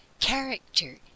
CHARACTER